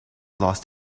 lost